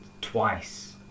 twice